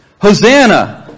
Hosanna